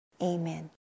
Amen